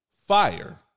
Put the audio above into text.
fire